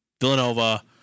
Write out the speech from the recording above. Villanova